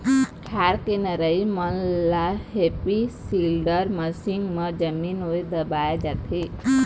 खार के नरई मन ल हैपी सीडर मसीन म जमीन म दबाए जाथे